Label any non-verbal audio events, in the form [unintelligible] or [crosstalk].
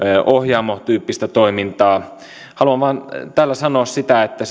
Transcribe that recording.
ohjaamo tyyppistä toimintaa haluan tällä sanoa vain sen että [unintelligible]